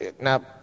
now